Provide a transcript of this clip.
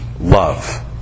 love